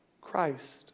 Christ